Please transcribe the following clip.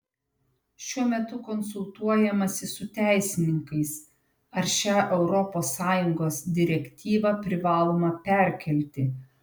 šiuo metu konsultuojamasi su teisininkais ar šią europos sąjungos direktyvą privaloma perkelti